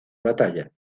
batalla